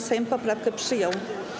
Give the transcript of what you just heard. Sejm poprawkę przyjął.